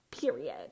period